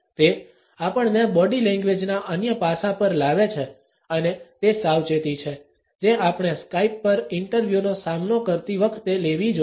તે આપણને બોડી લેંગ્વેજના અન્ય પાસા પર લાવે છે અને તે સાવચેતી છે જે આપણે સ્કાઈપ પર ઇન્ટરવ્યૂ નો સામનો કરતી વખતે લેવી જોઈએ